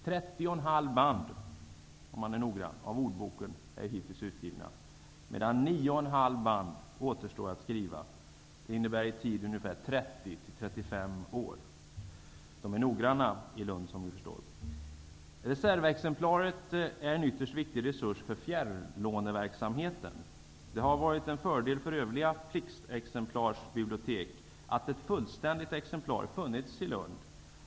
30,5 band av ordboken är utgivna medan 9,5 band återstår att skriva, vilket i tid innebär 30--35 år. Som ni förstår är de noggranna i Lund. Reservexemplaret är en ytterst viktig resurs för fjärrlåneverksamheten. Det har varit en fördel för övriga pliktexemplarsbibliotek att ett fullständigt exemplar har funnits i Lund.